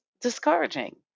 discouraging